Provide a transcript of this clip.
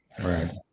Right